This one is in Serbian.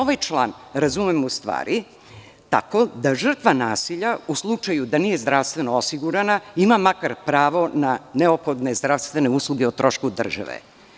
Ovaj član razumem tako da žrtva nasilja, u slučaju da nije zdravstveno osigurana, ima makar pravo na neophodne zdravstvene usluge o trošku države.